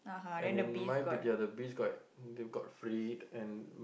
and then mine be the other bees got that got freed and